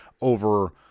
over